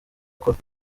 akora